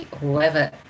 whoever